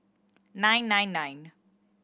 nine nine nine